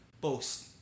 post